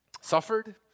suffered